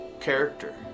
character